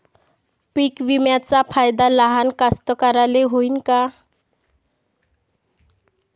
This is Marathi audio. पीक विम्याचा फायदा लहान कास्तकाराइले होईन का?